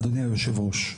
אדוני היושב-ראש,